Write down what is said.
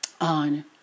on